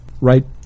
right